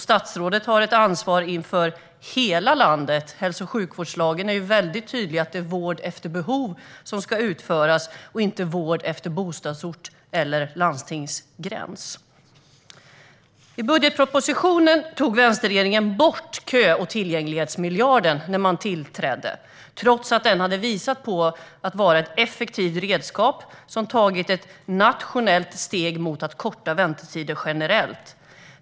Statsrådet har ett ansvar inför hela landet. Hälso och sjukvårdslagen är mycket tydlig med att det är vård efter behov som ska utföras och inte vård efter bostadsort eller landstingsgräns. När vänsterregeringen tillträdde tog den bort kö och tillgänglighetsmiljarden i budgetpropositionen, trots att den hade visat sig vara ett effektivt redskap för att man skulle ta ett nationellt steg mot att korta väntetider generellt.